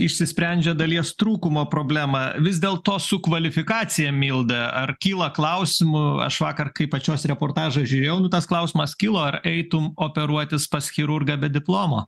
išsisprendžia dalies trūkumo problemą vis dėl to su kvalifikacija milda ar kyla klausimų aš vakar kai pačios reportažą žiūrėjau nu tas klausimas kilo ar eitum operuotis pas chirurgą be diplomo